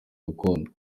gakondo